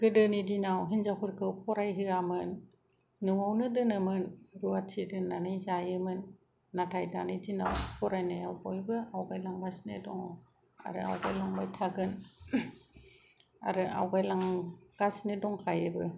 गोदोनि दिनाव हिनजावफोरखौ फरायहोआमोन न'आवनो दोनोमोन रुवाथि दोननानै जायोमोन नाथाय दानि दिनाव फरायनायाव बयबो आवगायलांगासिनो दङ आरो आवगाय लांबाय थागोन आरो आवगायलांगासिनो दंखायोबो